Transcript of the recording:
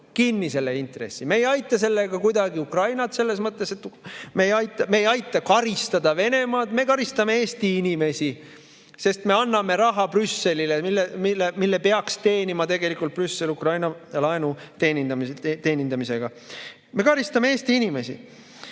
kinni selle intressi. Me ei aita sellega kuidagi Ukrainat selles mõttes, et me ei aita karistada Venemaad. Me karistame Eesti inimesi, sest me anname raha Brüsselile, mille peaks teenima Brüssel Ukraina laenu teenindamisega. Me karistame Eesti inimesi.